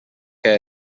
què